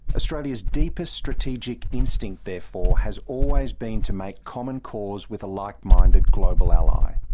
australia's deepest strategic instinct, therefore, has always been to make common cause with a like-minded global ally